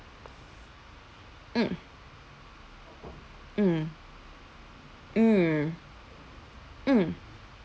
mm mm mm mm